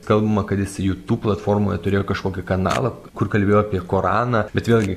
kalbama kad jis jūtūb platformoje turėjo kažkokį kanalą kur kalbėjo apie koraną bet vėlgi